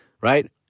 Right